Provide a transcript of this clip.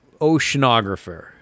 oceanographer